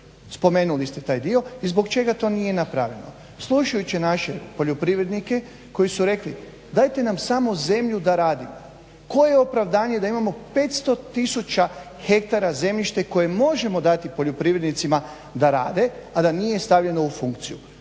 spomenuli ste taj dio i zbog čega to nije napravljeno. Slušajući naše poljoprivrednike koji su rekli dajte nam samo zemlju da radimo, koje je opravdanje da imamo 500 tisuća hektara zemljište koje možemo dati poljoprivrednicima da rade, a da nije stavljeno u funkciju.